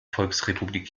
volksrepublik